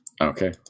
Okay